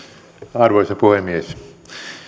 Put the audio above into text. arvoisa puhemies